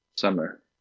summer